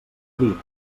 dir